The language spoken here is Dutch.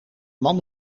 man